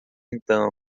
então